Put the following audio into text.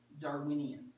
Darwinian